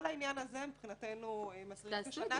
כל העניין הזה מבחינתנו מצריך כשנה.